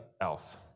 else